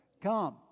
come